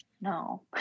No